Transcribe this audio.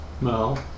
No